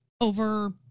Over